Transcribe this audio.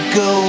go